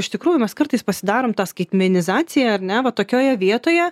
iš tikrųjų mes kartais pasidarom tą skaitmenizaciją ar ne va tokioje vietoje